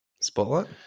Spotlight